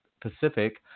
Pacific